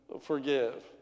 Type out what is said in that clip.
forgive